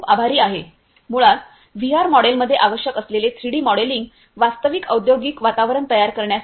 खूप आभारी आहे मुळात व्हीआर मॉडेलमध्ये आवश्यक असलेले थ्रीडी मॉडेलिंग वास्तविक औद्योगिक वातावरण तयार करण्यासाठी